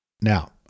Now